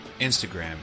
Instagram